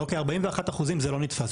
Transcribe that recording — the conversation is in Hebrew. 41% זה לא נתפס.